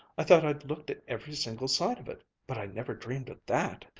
i thought i'd looked at every single side of it, but i never dreamed of that.